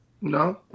No